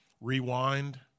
Rewind